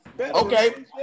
Okay